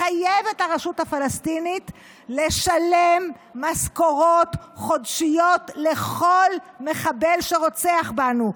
מחייב את הרשות הפלסטינית לשלם משכורות חודשיות לכל מחבל שרוצח בנו.